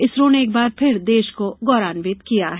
इसरो ने एक बार फिर देश को गौरवान्वित किया है